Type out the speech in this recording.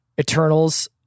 Eternals